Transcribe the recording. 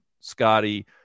Scotty